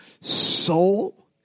Soul